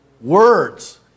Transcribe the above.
words